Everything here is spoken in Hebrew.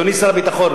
אדוני שר הביטחון,